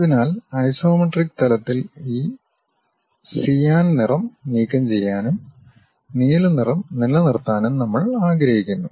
അതിനാൽ ഐസോമെട്രിക് തലത്തിൽ ഈ സിയാൻ നിറം നീക്കംചെയ്യാനും നീല നിറം നിലനിർത്താനും നമ്മൾ ആഗ്രഹിക്കുന്നു